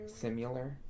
Similar